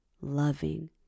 loving